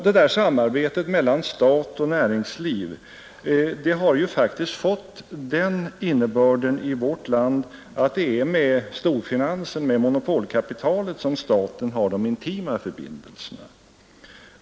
Detta samarbete mellan stat och näringsliv har faktiskt fått den innebörden i vårt land, att det är med storfinansen — monopolkapitalet — som staten har de intima förbindelserna.